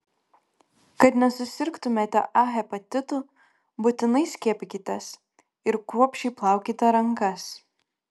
kad nesusirgtumėte a hepatitu būtinai skiepykitės ir kruopščiai plaukite rankas